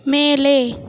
மேலே